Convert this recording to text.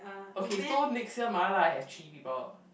okay so next year mala have three people